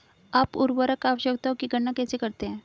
आप उर्वरक आवश्यकताओं की गणना कैसे करते हैं?